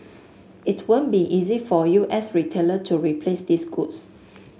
it won't be easy for U S retailer to replace these goods